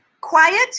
quiet